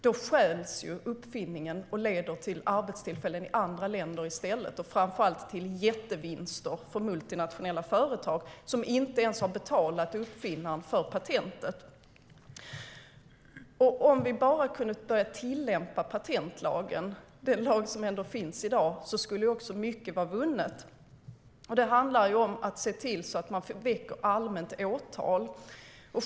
Då stjäls uppfinningen och leder till arbetstillfällen i andra länder i stället och framför allt till jättevinster för multinationella företag som inte ens har betalat uppfinnaren för patentet. Om vi bara kunde börja tillämpa patentlagen, den lag som ändå finns i dag, skulle mycket vara vunnet. Det handlar om att se till att man väcker allmänt åtal.